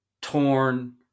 torn